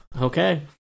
Okay